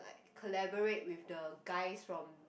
collaborate with the guys from